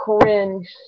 cringe